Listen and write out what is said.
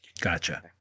Gotcha